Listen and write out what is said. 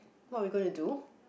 what we gonna do